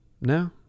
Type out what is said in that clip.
No